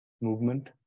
movement